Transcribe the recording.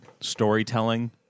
storytelling